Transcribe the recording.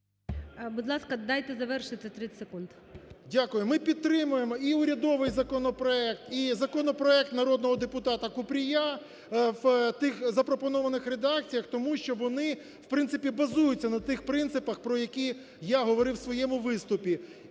Будь ласка, дайте завершити 30 секунд. ВЛАСЕНКО С.В. Дякую. Ми підтримуємо і урядовий законопроект, і законопроект народного депутата Купрія в тих запропонованих редакціях, тому що вони, в принципі, базуються на тих принципах, про які я говорив в своєму виступі.